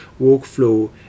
workflow